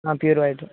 pure white